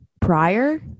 Prior